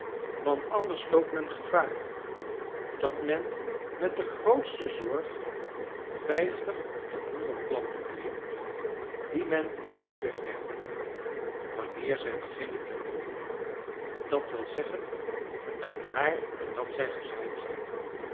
want anders loopt men gevaar dat men met de grootste zorg vijftig op de honderd planten kweekt die men moet wegwerpen wanneer zij beginnen te bloeien dat wil zeggen een jaar nadat zij gezaaid zijn